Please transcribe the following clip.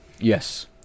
yes